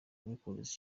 records